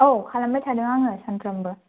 औ खालामबाय थादों आङो सानफ्रोमबो